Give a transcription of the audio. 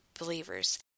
believers